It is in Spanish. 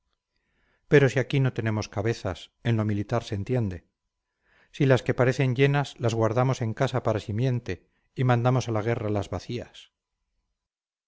pero si aquí no tenemos cabezas en lo militar se entiende si las que parecen llenas las guardamos en casa para simiente y mandamos a la guerra las vacías